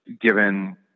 given